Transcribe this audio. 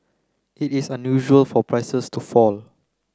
it is unusual for prices to fall